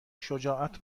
شجاعت